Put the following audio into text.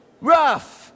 Rough